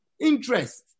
interest